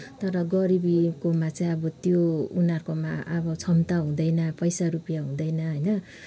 तर गरिबीकोमा चाहिँ अब त्यो उनीहरूकोमा क्षमता हुँदैन पैसा रुपियाँ हुँदैन होइन